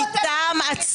אני מודיעה לך,